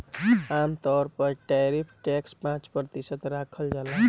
आमतौर पर tariff tax पाँच प्रतिशत राखल जाला